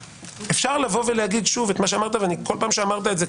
אפשר לבוא ולומר שוב את מה שאמרת וכל פעם שאמרת את זה,